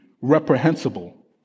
reprehensible